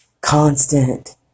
constant